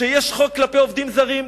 כשיש חוק כלפי עובדים זרים,